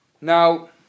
now